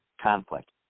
conflict